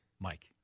Mike